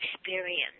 experience